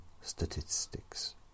statistics